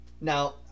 now